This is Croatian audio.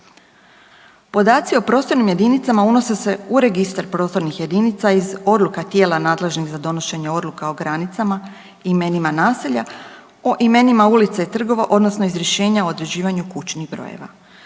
Podaci o prostornim jedinicama unose se u Registar prostornih jedinica iz odluka tijela nadležnih za donošenje odluka o granicama i imenima naselja, o imenima ulica i trgova, odnosno iz rješenja o određivanju kućnih brojeva.